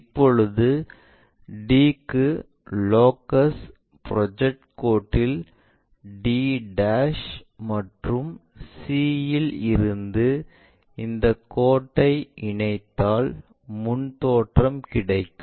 இப்போது d க்கான locus project கோட்டில் d மற்றும் c இல் இருந்து இந்தக் கோட்டை இணைத்தால் முன் தோற்றம் கிடைக்கும்